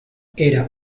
era